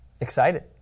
excited